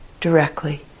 directly